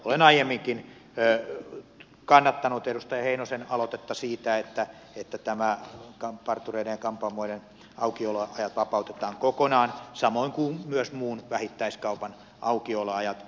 olen aiemminkin kannattanut edustaja heinosen aloitetta siitä että nämä partureiden ja kampaamoiden aukioloajat vapautetaan kokonaan samoin kuin myös muun vähittäiskaupan aukioloajat